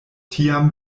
tiam